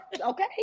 Okay